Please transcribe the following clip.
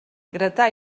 gratar